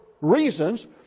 reasons